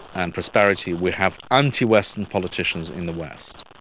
and prosperity, we have anti-western politicians in the west.